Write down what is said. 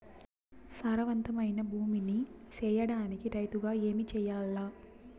సారవంతమైన భూమి నీ సేయడానికి రైతుగా ఏమి చెయల్ల?